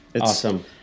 awesome